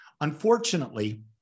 Unfortunately